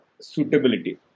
suitability